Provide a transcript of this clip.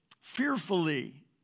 fearfully